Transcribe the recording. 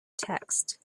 texts